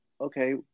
Okay